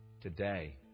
Today